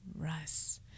Russ